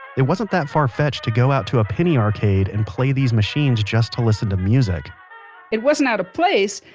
it wasn't that far fetched to go out to penny arcades and play these machines just to listen to music it wasn't out of place,